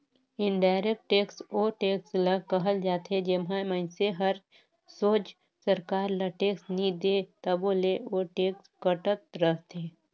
indirect tax ओ tax ल कहल जाथे जेम्हां मइनसे हर सोझ सरकार ल टेक्स नी दे तबो ले ओ टेक्स कटत रहथे